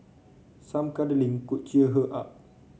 some cuddling could cheer her up